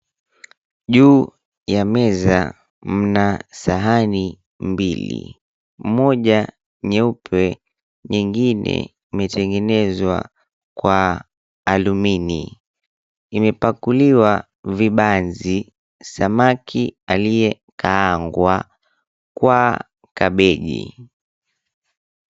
Juu ya meza mna sahani mbili. Moja nyeupe, nyingine imetengenezwa kwa alumini. Imepakuliwa vibanzi, samaki aliyekaangwa kwa kabeji.